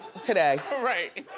today. right.